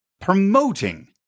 promoting